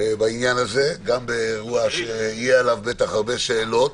בעניין הזה, גם באירוע שיהיו עליו הרבה שאלות.